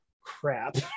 crap